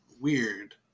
weird